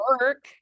work